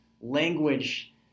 language